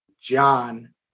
John